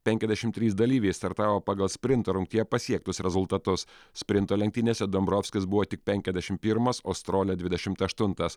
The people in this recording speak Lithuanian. penkiasdešimt trys dalyviai startavo pagal sprinto rungtyje pasiektus rezultatus sprinto lenktynėse dombrovskis buvo tik penkiasdešimt pirmas o strolia dvidešimt aštuntas